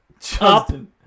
Justin